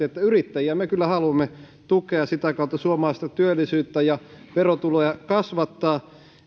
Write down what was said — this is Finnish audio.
että yrittäjiä me kyllä haluamme tukea sitä kautta suomalaista työllisyyttä ja verotuloja kasvattaa